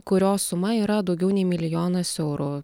kurio suma yra daugiau nei milijonas eurų